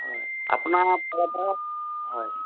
হয় আপোনাৰ ফালৰপৰা হয়